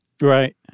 Right